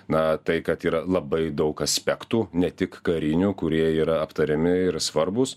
na tai kad yra labai daug aspektų ne tik karinių kurie yra aptariami ir svarbūs